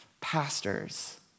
Pastors